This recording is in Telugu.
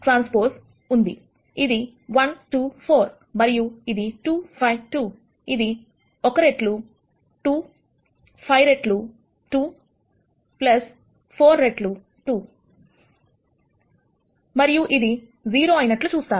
ఇది 1 2 4 మరియు ఇది 2 5 2 ఇది 1 రెట్లు 2 5 రెట్లు 2 4 రెట్లు 2 మరియు ఇది 0 అయినట్లు చూస్తారు